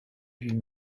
lui